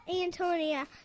Antonia